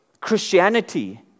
Christianity